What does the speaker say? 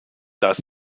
dass